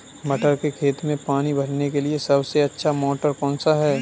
मटर के खेत में पानी भरने के लिए सबसे अच्छा मोटर कौन सा है?